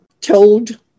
told